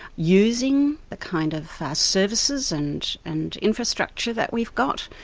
using the kind of services and and infrastructure that we've got.